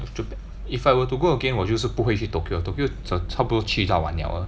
if to if I were to go again 我就是不会去 Tokyo Tokyo 差不多去到完 liao uh